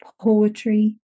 poetry